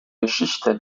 geschichte